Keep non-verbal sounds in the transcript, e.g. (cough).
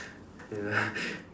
ya (laughs)